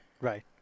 right